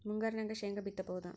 ಮುಂಗಾರಿನಾಗ ಶೇಂಗಾ ಬಿತ್ತಬಹುದಾ?